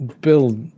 Bill